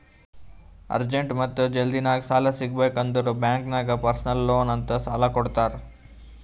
urgent ಮತ್ತ ಜಲ್ದಿನಾಗ್ ಸಾಲ ಸಿಗಬೇಕ್ ಅಂದುರ್ ಬ್ಯಾಂಕ್ ನಾಗ್ ಪರ್ಸನಲ್ ಲೋನ್ ಅಂತ್ ಸಾಲಾ ಕೊಡ್ತಾರ್